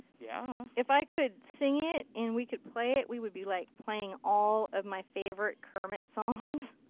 yeah. if i could sing it and we could play it we would be like playing all of my favorite kermit songs.